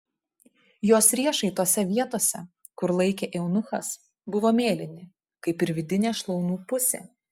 jos riešai tose vietose kur laikė eunuchas buvo mėlyni kaip ir vidinė šlaunų pusė